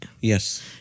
Yes